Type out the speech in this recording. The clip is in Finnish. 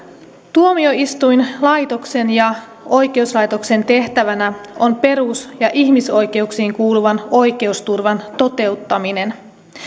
tuomioistuinlaitoksen ja oikeuslaitoksen tehtävänä on perus ja ihmisoikeuksiin kuuluvan oikeusturvan toteuttaminen